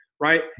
right